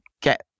get